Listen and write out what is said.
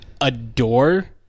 adore